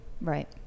Right